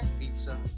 pizza